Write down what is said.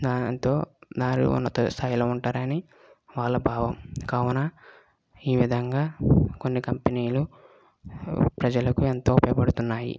దానితో ఉన్నత స్థాయిలో ఉంటారని వాళ్ళ భావం కావున ఈ విధంగా కొన్ని కంపెనీలు ప్రజలకు ఎంతో ఉపయోగపడుతున్నాయి